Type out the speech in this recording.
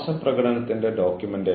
ഈ ചോദ്യം സ്വയം ചോദിക്കുക